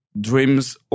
dreams